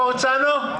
איפה הרצנו?